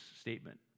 statement